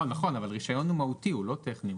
נכון, אבל רישיון הוא מהותי, הוא לא טכני.